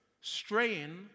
straying